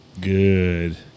Good